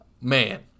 Man